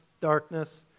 darkness